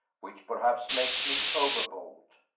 which perhaps makes me over bold.